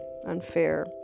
unfair